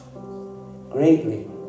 greatly